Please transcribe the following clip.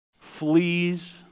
fleas